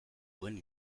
duen